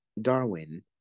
Darwin